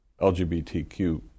LGBTQ